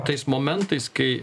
tais momentais kai